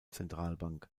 zentralbank